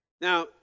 Now